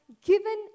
given